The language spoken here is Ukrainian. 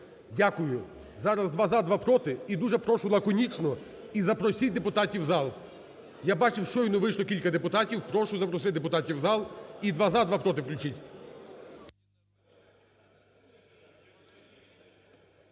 Дякую. Зараз два – за, два – проти. І дуже прошу лаконічно. І запросіть депутатів в зал. Я бачив щойно вийшло кілька депутатів. Прошу запросити депутатів в зал. І два – за, два – проти включіть.